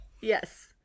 Yes